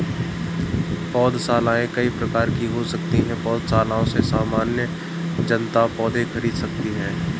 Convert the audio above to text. पौधशालाएँ कई प्रकार की हो सकती हैं पौधशालाओं से सामान्य जनता पौधे खरीद सकती है